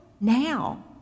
now